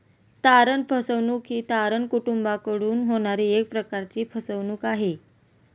तारण फसवणूक ही तारण कुटूंबाकडून होणारी एक प्रकारची फसवणूक आहे